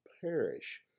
perish